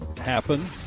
happen